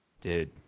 Dude